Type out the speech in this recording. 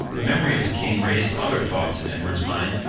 the memory of the king raised other thoughts in edward's mind,